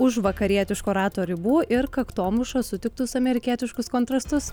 už vakarietiško rato ribų ir kaktomuša sutiktus amerikietiškus kontrastus